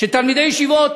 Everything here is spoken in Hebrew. תלמידי ישיבות,